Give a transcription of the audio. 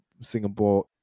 Singapore